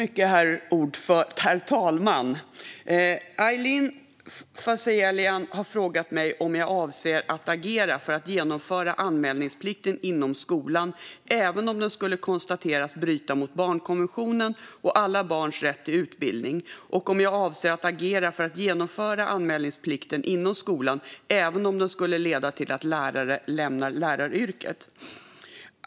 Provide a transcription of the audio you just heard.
Herr talman! Aylin Fazelian har frågat mig om jag avser att agera för att genomföra anmälningsplikten inom skolan även om den skulle konstateras bryta mot barnkonventionen och alla barns rätt till utbildning och om jag avser att agera för att genomföra anmälningsplikten inom skolan även om den skulle leda till att lärare lämnar läraryrket.